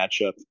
matchup